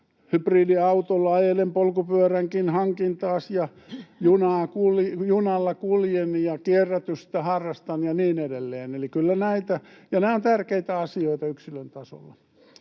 sähköhybridiautolla ajelen, polkupyöränkin hankin taas ja junalla kuljen ja kierrätystä harrastan ja niin edelleen, ja nämä ovat tärkeitä asioita yksilön tasolla.